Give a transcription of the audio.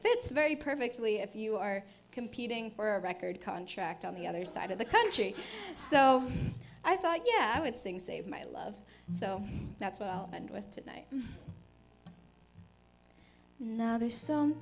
fits very perfectly if you are competing for a record contract on the other side of the country so i thought yeah i would sing save my love so that's what and with tonight now there's some